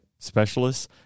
specialists